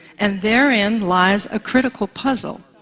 and therein lies a critical puzzle.